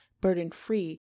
burden-free